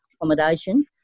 accommodation